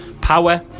Power